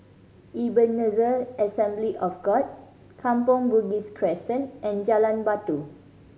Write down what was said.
Ebenezer Assembly of God Kampong Bugis Crescent and Jalan Batu